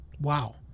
Wow